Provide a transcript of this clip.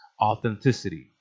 authenticity